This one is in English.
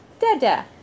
Dada